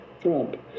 Trump